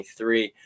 23